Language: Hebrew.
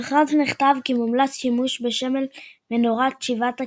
במכרז נכתב כי מומלץ שימוש בסמל מנורת שבעת הקנים,